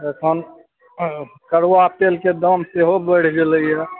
एखन अऽ करुआ तेलके दाम सेहो बढ़ि गेलैये